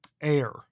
Air